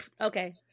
Okay